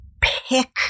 pick